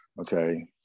Okay